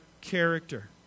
character